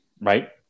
right